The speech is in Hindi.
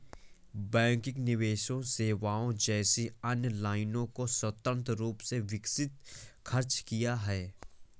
बैंकिंग निवेश सेवाओं जैसी अन्य लाइनों को स्वतंत्र रूप से विकसित खर्च किया है